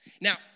Now